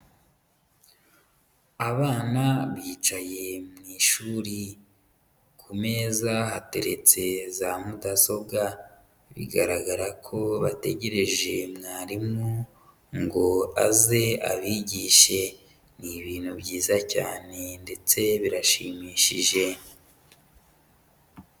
Abana bicaye mu ishuri. Ku meza hateretse za mudasobwa. Bigaragara ko bategereje mwarimu, ngo aze abigishe. Ni ibintu byiza cyane ndetse birashimishije.